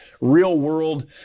real-world